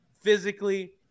physically